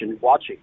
watching